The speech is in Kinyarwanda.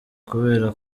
kubera